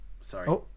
sorry